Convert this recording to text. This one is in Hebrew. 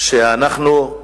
שאנחנו,